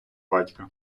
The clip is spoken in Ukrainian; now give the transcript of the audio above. батька